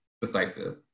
decisive